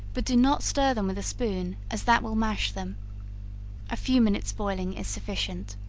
but do not stir them with a spoon, as that will mash them a few minutes boiling is sufficient